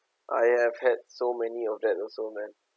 I have had so many of that also man